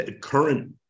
current